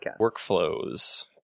Workflows